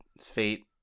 fate